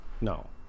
No